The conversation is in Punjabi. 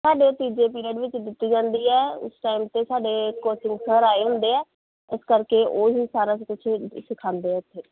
ਸਾਡੇ ਉਹ ਤੀਜੇ ਪੀਰੀਅਡ ਵਿੱਚ ਦਿੱਤੀ ਜਾਂਦੀ ਹੈ ਉਸ ਟਾਈਮ 'ਤੇ ਸਾਡੇ ਕੋਚਿੰਗ ਸਰ ਆਏ ਹੁੰਦੇ ਹੈ ਇਸ ਕਰਕੇ ਉਹੀ ਸਾਰਿਆਂ ਨੂੰ ਕੁਛ ਸਿਖਾਉਂਦੇ ਆ ਇੱਥੇ